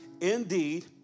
Indeed